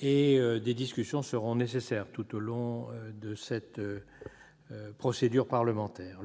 et des discussions seront nécessaires tout au long de la procédure parlementaire.